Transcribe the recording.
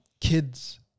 Kids